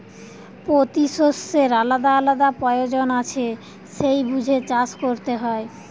পোতি শষ্যের আলাদা আলাদা পয়োজন আছে সেই বুঝে চাষ কোরতে হয়